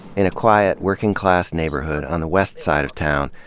in a quiet working-class neighborhood on the west side of town,